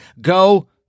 Go